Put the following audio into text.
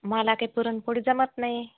मला काही पुरणपोळी जमत नाही